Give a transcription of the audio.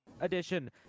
Edition